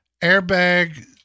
airbag